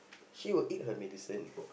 she will eat her medicine